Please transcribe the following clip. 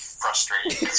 frustrating